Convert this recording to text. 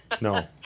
No